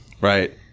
Right